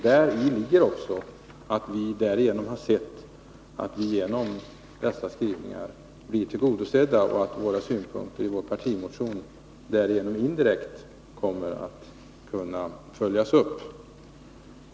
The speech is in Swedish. Däri ligger också att vi sett att vi genom dessa skrivningar blivit tillgodosedda och att synpunkterna i vår partimotion indirekt kommer att kunna följas upp.